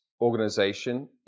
organization